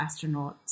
astronauts